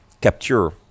capture